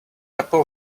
couple